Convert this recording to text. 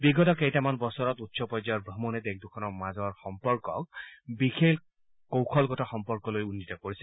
বিগত কেইটামান বছৰত উচ্চ পৰ্যায়ৰ ভ্ৰমণে দেশদুখনৰ মাজৰ সম্পৰ্কক বিশেষ কৌশলগত সম্পৰ্কলৈ উন্নীত কৰিছে